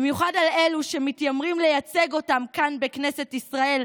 במיוחד על אלו שמתיימרים לייצג אותם כאן בכנסת ישראל,